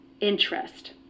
interest